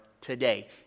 today